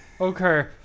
okay